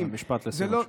משפט לסיום.